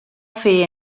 fer